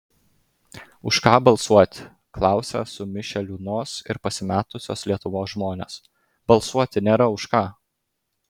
už ką balsuoti klausia sumišę liūdnos ir pasimetusios lietuvos žmonės balsuoti nėra už ką